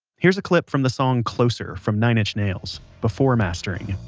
here's a clip from the song closer from nine inch nails, before mastering